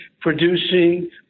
producing